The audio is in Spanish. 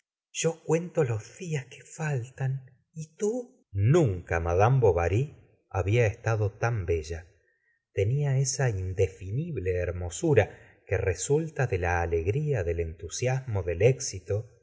yo cuento los días que faltan y tú nunca mad bovary había estado tan bella tenia esa indefinible hermosura que resulta de la alegria del entusiasmo del éxito y